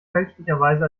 fälschlicherweise